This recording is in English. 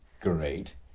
Great